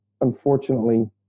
unfortunately